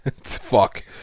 fuck